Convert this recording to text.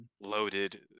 loaded